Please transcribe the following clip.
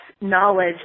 knowledge